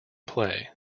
play